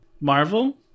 Marvel